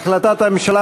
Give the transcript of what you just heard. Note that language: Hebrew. החלטת הממשלה,